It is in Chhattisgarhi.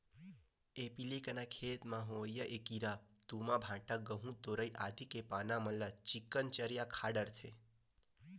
एपीलेकना खेत म होवइया ऐ कीरा तुमा, भांटा, गहूँ, तरोई आदि के पाना मन ल चिक्कन चर या खा डरथे